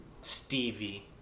Stevie